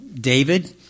David